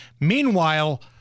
Meanwhile